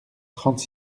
trente